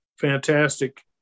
fantastic